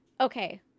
okay